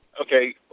okay